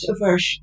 aversion